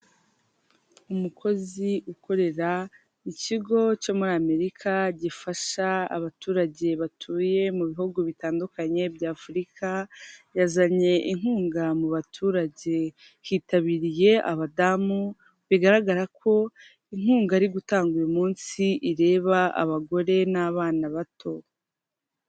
Icyapa cyamamaza inzoga ya AMSTEL, hariho icupa ry'AMSTEL ripfundikiye, hakaba hariho n'ikirahure cyasutswemo inzoga ya AMSTEL, munsi yaho hari imodoka ikindi kandi hejuru yaho cyangwa k'uruhande rwaho hari inzu. Ushobora kwibaza ngo AMSTEL ni iki? AMSTEL ni ubwoko bw'inzoga busembuye ikundwa n'abanyarwanada benshi, abantu benshi bakunda inzoga cyangwa banywa inzoga zisembuye, bakunda kwifatira AMSTEL.